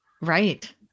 Right